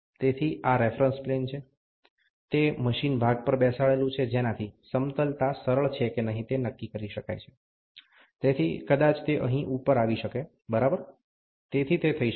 તેથી આ reference plane છે તે મશીન ભાગ પર બેસાડેલુ છે જેનાથી સમતલતા સરળ છે કે નહી તે નક્કી કરી શકાય છે તેથી કદાચ તે અહીં ઉપર આવી શકે બરાબર તેથી તે થઈ શકે